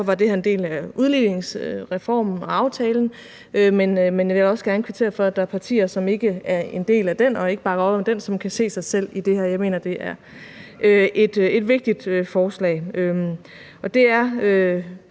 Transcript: var det her en del af udligningsreformen og -aftalen. Men jeg vil også gerne kvittere for, at der er partier, som ikke er en del af den og ikke bakker op om den, men som kan se sig selv i det her. Jeg mener, det er et vigtigt forslag. Jeg skal